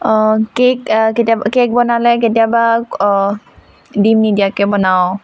cake কেতিয়াবা cake বনালে কেতিয়াবা ডিম নিদিয়াকৈ বনাওঁ